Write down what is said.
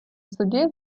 судді